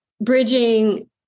bridging